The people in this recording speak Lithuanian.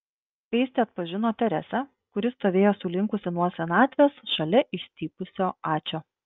skaistė atpažino teresę kuri stovėjo sulinkusi nuo senatvės šalia išstypusio ačio